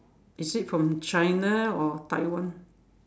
is it from China or Taiwan